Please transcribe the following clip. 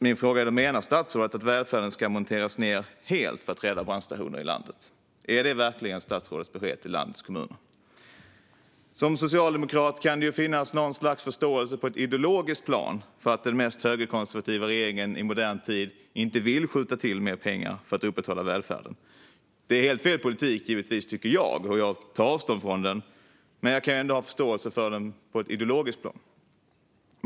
Min fråga är då: Menar statsrådet att välfärden ska monteras ned helt för att man ska kunna rädda brandstationer i landet? Är det verkligen statsrådets besked till landets kommuner? Som socialdemokrat kan jag ha något slags förståelse på ett ideologiskt plan för att den mest högerkonservativa regeringen i modern tid inte vill skjuta till mer pengar för att upprätthålla välfärden. Jag tycker givetvis att det är helt fel politik, och jag tar avstånd från den. Men jag kan ändå ha förståelse för den på ett ideologiskt plan.